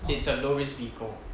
it's a low risk vehicle